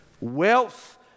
Wealth